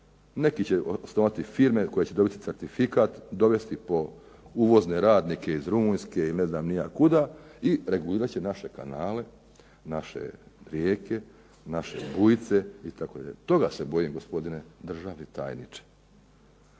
Neki će osnovati firme koje će dobiti certifikat dovesti radnike iz Rumunjske ili ne znam ni ja kuda i regulirati će naše kanale, naše rijeke, naše bujice itd. toga se bojim gospodine državni tajniče.